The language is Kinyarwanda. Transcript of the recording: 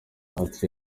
ati